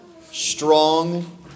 strong